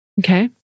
Okay